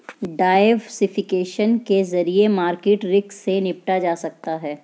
diversification के जरिए market risk से निपटा जा सकता है